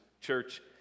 church